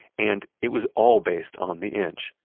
and it was all based on the inch.